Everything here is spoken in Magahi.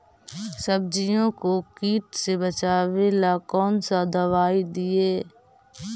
सब्जियों को किट से बचाबेला कौन सा दबाई दीए?